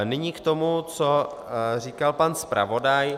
Nyní k tomu, co říkal pan zpravodaj.